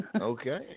Okay